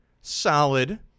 solid